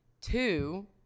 Two